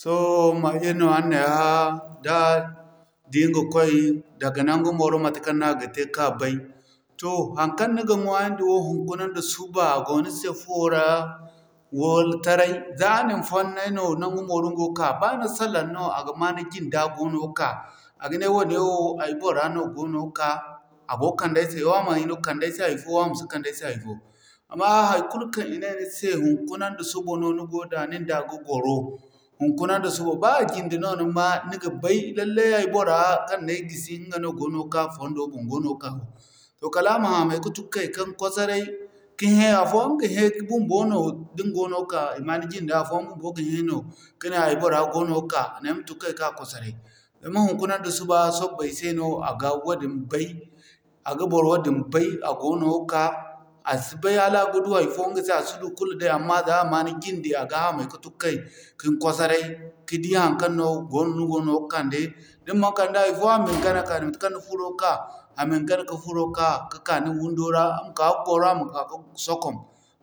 Sohõ mage no annay hãn da di nga koy daga nangu mooro mate kan a gate ka bay. To hankan niga ɲwaayandi wo hinkuna nda suba a go nise fuwo ra wala taray, za a nin fonnay no nangu mooro ni go ka ba ni salan no a ga ma ni jinda goono ka a gane wane wo ay bora goono ka; a gono kanday se wo a manay no hay'fo ama si kanday se hay'fo. Amma haikul kan ine ni se hinkuna da suba no ni go da ninda ga gwaro, hunkuna da suba ba a jinde no ni ma, niga bay lallai ay bora kaŋ nay gisi ɲga no goono ka. To kala a ma haamay ka tun kay kin kwasaray, afooyaŋ ga heŋ bunbo no din goono ka, i ma ni jinda naima tun kay ka kwasaray. Zama hinkuna nda suba sabbay se no a ga wadin bay, a ga boro wadin bay, a goono ka. A si bay hala ga du hay'fo ɲga se, hanka si du kulu se amma za a ma ni jinde, a ga haamay ka tun kay kin kwasaray kadi hankan no goono ni go kande. Din man kande hay'fo a min gana ka matekaŋ ni furo ka, a min gana ka furo ka, ka'ka ni windo ra, a ma ka gwaro a ma ka'ka sakwam.